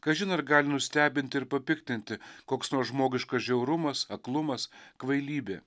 kažin ar gali nustebinti ir papiktinti koks nežmogiškas žiaurumas aklumas kvailybė